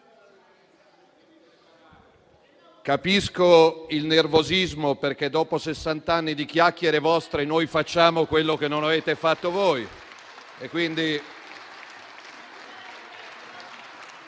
Capisco il nervosismo, perché dopo sessant'anni di chiacchiere vostre noi facciamo quello che non avete fatto voi